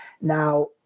Now